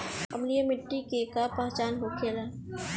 अम्लीय मिट्टी के का पहचान होखेला?